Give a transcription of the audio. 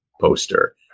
poster